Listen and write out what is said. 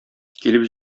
килеп